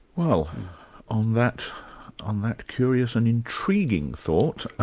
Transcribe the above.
well on that on that curious and intriguing thought,